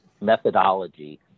methodology